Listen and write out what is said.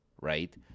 right